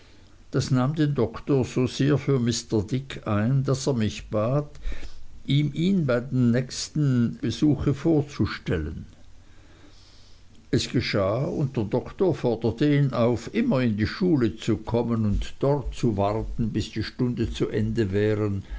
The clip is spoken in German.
das nahm den doktor so sehr für mr dick ein daß er mich bat ihm ihn beim nächsten besuche vorzustellen es geschah und der doktor forderte ihn auf immer in die schule zu kommen und dort zu warten bis die stunden zu ende wären